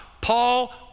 Paul